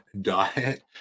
diet